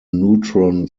neutron